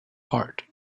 heart